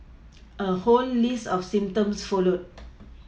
a whole list of symptoms followed